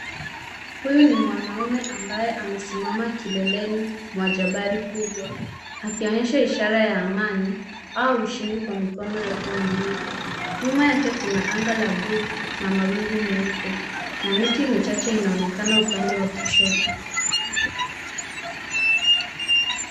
Huyu ni mwanamume ambaye amesimama kileleni mwa jabari kubwa akionyesha ishara ya amani au ushindi kwa mikono yote miwili. Nyuma yake kuna anga la bluu na mawingu meupe na miti michache inaonekana upande wa kushoto.